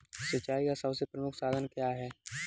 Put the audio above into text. सिंचाई का सबसे प्रमुख साधन क्या है?